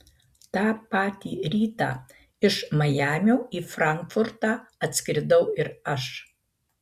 tą patį rytą iš majamio į frankfurtą atskridau ir aš